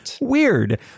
weird